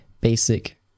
basic